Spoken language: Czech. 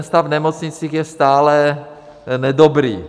Stav v nemocnicích je stále nedobrý.